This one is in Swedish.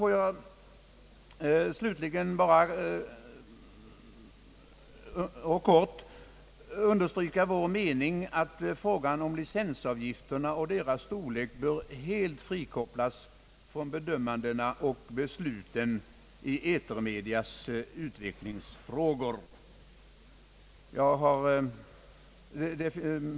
Jag vill slutligen helt kort understryka vår mening att frågan om licensavgifterna och deras storlek helt bör frikopplas från bedömandena och besluten i etermedias utvecklingsfrågor.